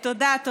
תודה.